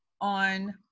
on